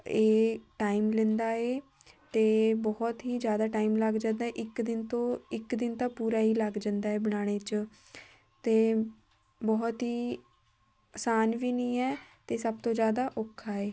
ਇਹ ਟਾਈਮ ਲੈਂਦਾ ਹੈ ਅਤੇ ਬਹੁਤ ਹੀ ਜ਼ਿਆਦਾ ਟਾਈਮ ਲੱਗ ਜਾਂਦਾ ਇੱਕ ਦਿਨ ਤੋਂ ਇੱਕ ਦਿਨ ਤਾਂ ਪੂਰਾ ਹੀ ਲੱਗ ਜਾਂਦਾ ਹੈ ਬਣਾਉਣ 'ਚ ਅਤੇ ਬਹੁਤ ਹੀ ਆਸਾਨ ਵੀ ਨਹੀਂ ਹੈ ਅਤੇ ਸਭ ਤੋਂ ਜ਼ਿਆਦਾ ਔਖਾ ਹੈ